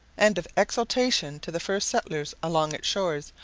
and of exultation to the first settlers along its shores,